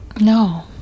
No